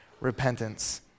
repentance